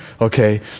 Okay